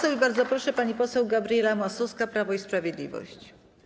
I bardzo proszę, pani poseł Gabriela Masłowska, Prawo i Sprawiedliwość.